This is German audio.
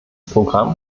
programm